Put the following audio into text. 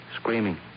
Screaming